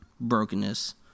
brokenness